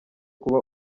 kuba